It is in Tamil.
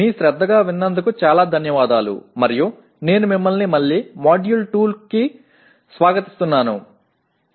கவனத்திற்கு மிக்க நன்றி மற்றும் தொகுதி 2 க்கு மீண்டும் உங்களை வரவேற்கிறேன்